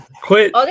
quit